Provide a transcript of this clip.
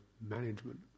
management